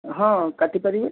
ହଁ କାଟିପାରିବି